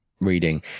reading